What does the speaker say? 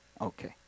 Okay